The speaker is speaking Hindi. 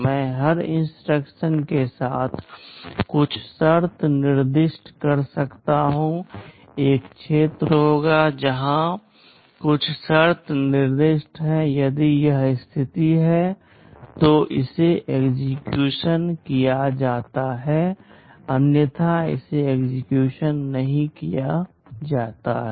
मैं हर इंस्ट्रक्शन के साथ कुछ शर्त निर्दिष्ट कर सकता हूं एक क्षेत्र होगा जहां कुछ शर्त निर्दिष्ट है यदि यह स्थिति है तो इसे एग्जिक्यूट किया जाता है अन्यथा इसे एग्जिक्यूट नहीं किया जाता है